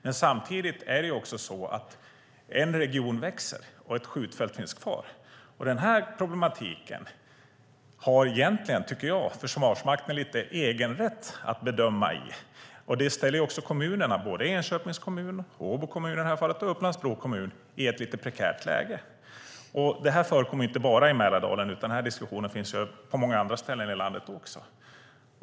Men samtidigt är det så att en region växer och ett skjutfält finns kvar. Den här problematiken har Försvarsmakten egentligen, tycker jag, lite egenrätt att bedöma i, och det ställer också kommunerna, Enköpings kommun, Håbo kommun och Upplands-Bro kommun, i ett lite prekärt läge. Det här förekommer inte bara i Mälardalen, utan diskussionen finns också på många andra ställen i landet.